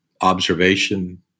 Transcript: observation